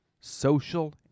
social